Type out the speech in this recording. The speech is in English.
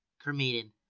Cremated